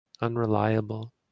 unreliable